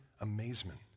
amazement